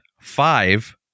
five